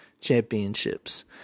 championships